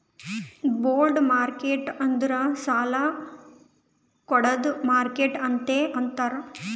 bond market ಅಂದುರ್ ಸಾಲಾ ಕೊಡ್ಡದ್ ಮಾರ್ಕೆಟ್ ಅಂತೆ ಅಂತಾರ್